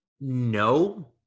no